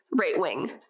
right-wing